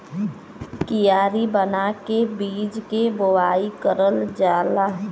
कियारी बना के बीज के बोवाई करल जाला